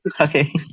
okay